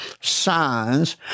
Signs